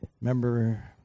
Remember